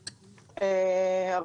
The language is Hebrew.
בבקשה.